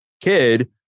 kid